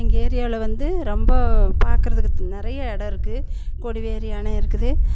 எங்கள் ஏரியாவில் வந்து ரொம்ப பார்க்கறதுக்கு நிறைய இடம் இருக்குது கொடிவேரி அணை இருக்குது